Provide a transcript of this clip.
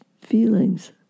feelings